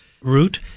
route